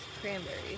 cranberries